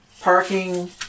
parking